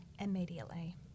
immediately